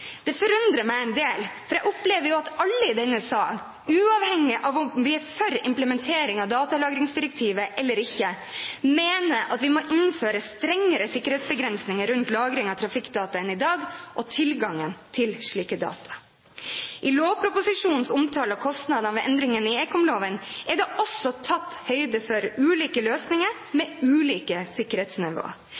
Det forundrer meg en del, for jeg opplever jo at alle i denne salen, uavhengig av om vi er for implementering av datalagringsdirektivet eller ikke, mener at vi må innføre strengere sikkerhetsbegrensninger rundt lagring av trafikkdata enn i dag og tilgangen til slike data. I lovproposisjonens omtale av kostnadene ved endringen i ekomloven er det også tatt høyde for ulike løsninger med ulike sikkerhetsnivå.